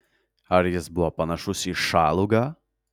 ar jis buvo panašus į šalugą